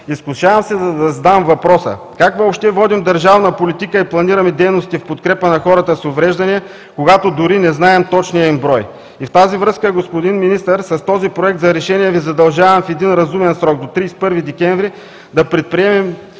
Изкушавам се да задам въпроса: Как въобще водим държавна политика и планираме дейности в подкрепа на хората с увреждания, когато дори не знаем точния им брой? В тази връзка, господин Министър, с този Проект на решение Ви задължаваме в един разумен срок – до 31 декември 2017 г., да предприемете